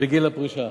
בגיל הפרישה.